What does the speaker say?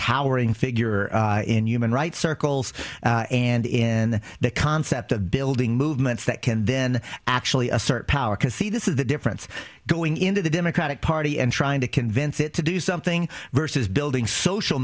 towering figure in human rights circles and in the concept of building movements that can then actually assert power because the this is the difference going into the democratic party and trying to convince it to do something versus building social